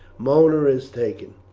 mona is taken.